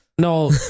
No